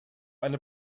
eine